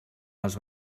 les